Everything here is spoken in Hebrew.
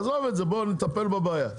עזוב את זה, בוא נטפל בבעיה.